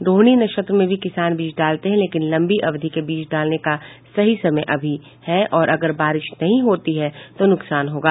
रोहिणी नक्षत्र में भी किसान बीज डालते हैं लेकिन लंबी अवधि के बीज डालने का सही समय अभी है और अगर बारिश नहीं होती है तो नुकसान होगा